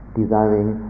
desiring